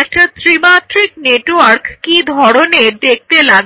একটা ত্রিমাত্রিক নেটওয়ার্ক কি ধরনের দেখতে লাগে